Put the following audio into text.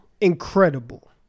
Incredible